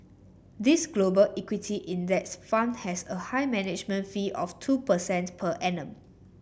this Global equity index fund has a high management fee of two percent per annum